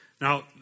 Now